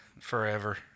Forever